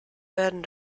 werden